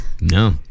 No